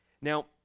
Now